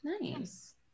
Nice